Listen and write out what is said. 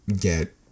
get